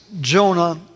Jonah